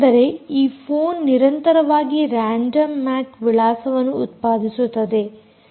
ಅಂದರೆ ಈ ಫೋನ್ನಿರಂತರವಾಗಿ ರಾಂಡಮ್ ಮ್ಯಾಕ್ ವಿಳಾಸವನ್ನು ಉತ್ಪಾದಿಸುತ್ತದೆ